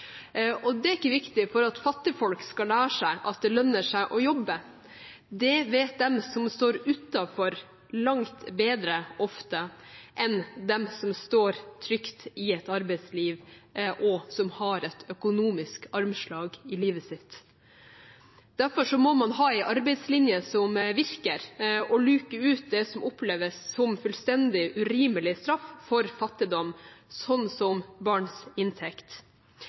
Og det er ikke viktig for at fattigfolk skal lære seg at det lønner seg å jobbe, det vet de som står utenfor, ofte langt bedre enn dem som står trygt i et arbeidsliv, og som har et økonomisk armslag i livet sitt. Derfor må man ha en arbeidslinje som virker, og luke ut det som oppleves som fullstendig urimelig straff for fattigdom, sånn som barns inntekt,